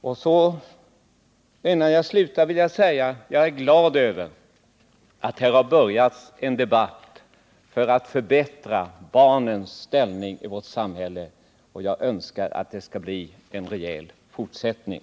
Innan jag slutar mitt anförande vill jag dessutom säga att jag är glad över att det här har påbörjats en debatt i syfte att förbättra barnens ställning i vårt samhälle. Jag önskar att det skall bli en rejäl fortsättning.